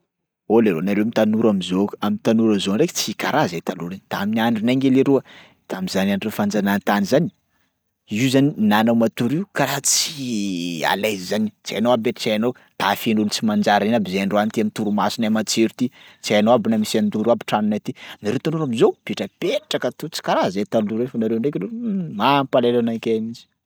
Oh leroa nareo m'tanora am'zao k- am'tanora zao ndraiky tsy karaha zahay taloha reny. Tamin'ny andronay nge leroa tam'zany andron'ny fanjanahantany zany io zany na anao matory io karaha tsy Ã l'aise zany, tsy hainao aby e tsy hainao tafihan'olo tsy manjary reny aby zahay androany ty am'torimasonay matsiro ty, tsy hainao aby na misy andoro aby tranonay ty. Nareo tanora am'zao mipetrapetraka to tsy karaha zahay taloha reny fa nareo ndraiky loha um mampalahelo anakay mihitsy.